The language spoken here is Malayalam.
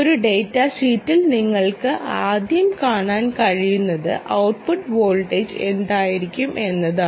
ഒരു ഡാറ്റ ഷീറ്റിൽ നിങ്ങൾക്ക് ആദ്യം കാണാൻ കഴിയുന്നത് ഔട്ട്പുട്ട് വോൾട്ടേജ് എന്തായിരിക്കും എന്നാണ്